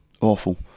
awful